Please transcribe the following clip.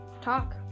talk